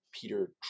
Peter